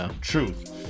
truth